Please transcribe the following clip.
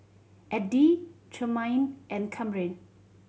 Eddy Tremaine and Kamryn